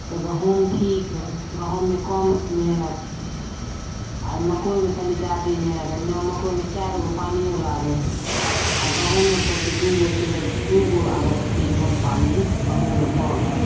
तऽ गहूम ठीक हइ गहूममे कम मेहनति हइ आओर मकइमे तनि जादे मेहनति हइ मकइमे चारिगो पानिओ लागै हइ आओर गहूममे कथी दुइगो छै दुइगो आओर नहि तऽ तीनगो पानी गहूममे भऽ गेल